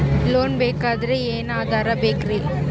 Loan ಬೇಕಾದ್ರೆ ಏನೇನು ಆಧಾರ ಬೇಕರಿ?